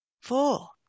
Four